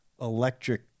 electric